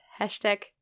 Hashtag